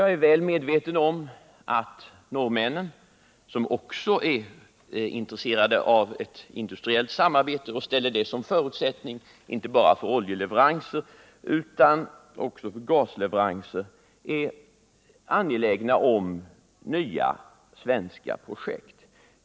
Jag är väl medveten om att norrmännen, som också är intresserade av ett industriellt samarbete och ställer det som förutsättning inte bara för oljeleveranser utan också för gasleveranser, är angelägna om nya svenska projekt.